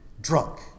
drunk